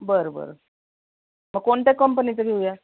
बरं बरं मग कोणत्या कंपनीचं घेऊया